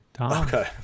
Okay